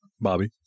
Bobby